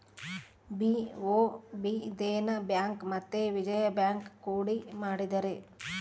BOB Dena bank ಮತ್ತೆ Vijaya bank ಕೂಡಿ ಮಾಡಿದರೆ